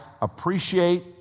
appreciate